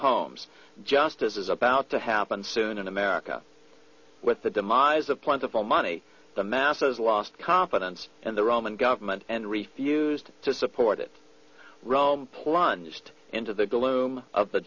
homes just as is about to happen soon in america with the demise of plentiful money the masses lost confidence in the roman government and refused to support it rome plunged into the gloom of the